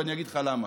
ואני אגיד לך למה,